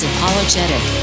Apologetic